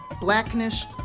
blackness